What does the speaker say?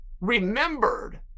remembered